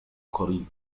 قريب